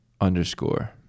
underscore